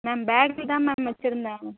ma'am பேக்ல தான் ma'am வச்சுருந்தேன்